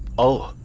oh,